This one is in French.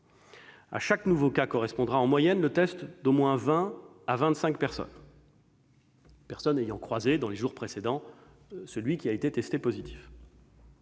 À chaque nouveau cas correspondra en moyenne le test d'au moins 20 à 25 personnes ayant croisé, dans les jours précédents, l'individu testé positif.